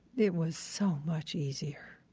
it was so much easier.